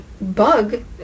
bug